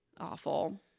Awful